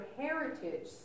heritage